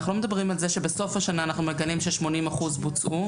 אנחנו לא מדברים על זה שבסוף השנה אנחנו מגלים ש-80% בוצעו.